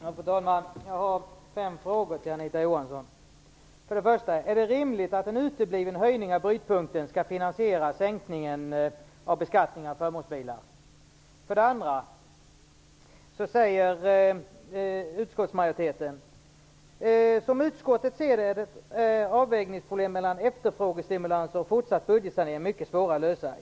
Fru talman! Jag har fem frågor till Anita Johansson. För det första: Är det rimligt att en utebliven höjning av brytpunkten skall finansiera sänkningen av beskattningen av förmånsbilar? För det andra säger utskottsmajoriteten att utskottet ser avvägningsproblemen mellan efterfrågestimulans och fortsatt budgetsanering som mycket svåra att lösa.